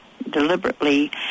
deliberately